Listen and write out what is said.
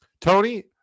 Tony